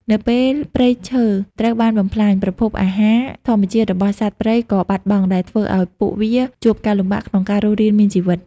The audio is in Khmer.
នៅពេលព្រៃឈើត្រូវបានបំផ្លាញ ប្រភពអាហារធម្មជាតិរបស់សត្វព្រៃក៏បាត់បង់ ដែលធ្វើឱ្យពួកវាជួបការលំបាកក្នុងការរស់រានមានជីវិត។